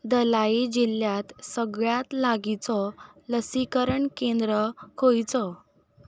दलाई जिल्ल्यांत सगळ्यांत लागींचो लसीकरण केंद्र खंयचो